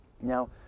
Now